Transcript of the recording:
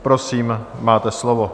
Prosím máte slovo.